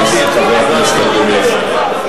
חבר הכנסת אקוניס,